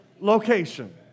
location